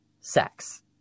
sex